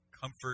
Comfort